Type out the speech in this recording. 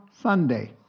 Sunday